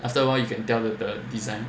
after a while you can tell the design